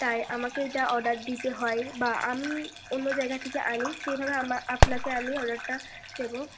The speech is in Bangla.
তাই আমাকে এইটা অর্ডার দিতে হয় বা আমি অন্য জায়গা থেকে আনি সেভাবে আমা আপনাকে আমি অর্ডারটা দেবো